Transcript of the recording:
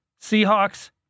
Seahawks